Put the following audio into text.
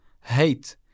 hate